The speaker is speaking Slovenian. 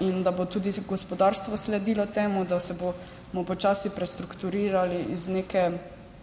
in da bo tudi gospodarstvo sledilo temu, da se bomo počasi prestrukturirali iz neke